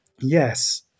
yes